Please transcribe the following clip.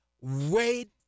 Wait